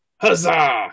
Huzzah